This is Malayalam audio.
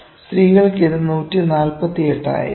സ്ത്രീകൾക്ക് ഇത് 148 ആയിരിക്കണം